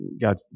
God